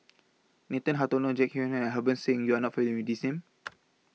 Nathan Hartono Jek Yeun Thong and Harbans Singh YOU Are not familiar with These Names